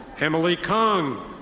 emily kong.